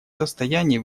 состоянии